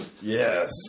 Yes